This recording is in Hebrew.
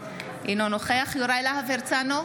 אינו נוכח יוראי להב הרצנו,